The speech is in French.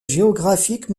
géographique